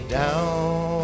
down